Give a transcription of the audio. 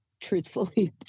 truthfully